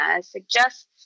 suggests